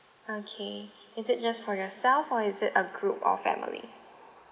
okay is it just for yourself or is it a group or family